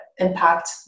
impact